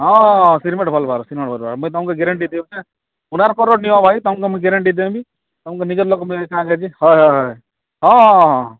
ହଁ ସିମେଣ୍ଟ ଭଲ ବାହାର ସିମେଣ୍ଟ ଭଲ ବାହାରିବା ମୁଇଁ ତୁମକୁ ଗ୍ୟାରେଣ୍ଟି ଦେଉଛେ କୋଣାର୍କର ନିଅ ଭାଇ ତୁମକୁ ମୁଁ ଗ୍ୟାରେଣ୍ଟି ଦେବି ତୁମକୁ ନିଜର ଲୋକ ହଏ ହଏ ହଏ ହଁ ହଁ ହଁ ହଁ